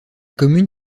commune